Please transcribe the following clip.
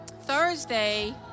Thursday